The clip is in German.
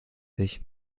ich